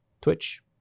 Twitch